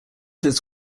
his